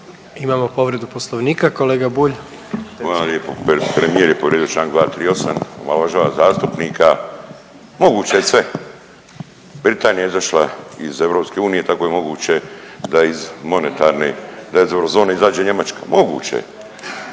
Imamo povredu Poslovnika, kolega Bulj. **Bulj, Miro (MOST)** Hvala lijepo. Premijer je povrijedio čl. 238. Omalovažava zastupnika. Moguće je sve. Britanija je izašla iz EU, tako je moguće da iz monetarne, da iz eurozone izađe Njemačka, moguće je.